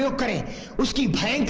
so great peacekeeper